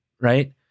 right